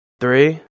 Three